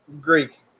Greek